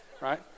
right